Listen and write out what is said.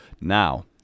Now